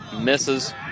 Misses